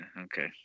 Okay